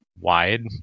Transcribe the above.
wide